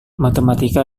matematika